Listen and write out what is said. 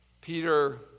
Peter